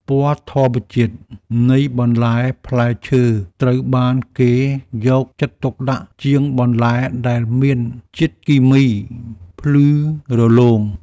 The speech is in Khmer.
ពណ៌ធម្មជាតិនៃបន្លែផ្លែឈើត្រូវបានគេយកចិត្តទុកដាក់ជាងបន្លែដែលមានជាតិគីមីភ្លឺរលោង។